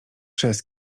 przez